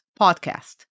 podcast